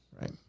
Right